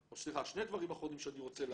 שני דברים אחרונים שאני רוצה להגיד.